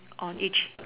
on each